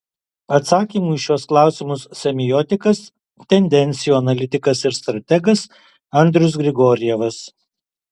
atsakymų į šiuos klausimus semiotikas tendencijų analitikas ir strategas andrius grigorjevas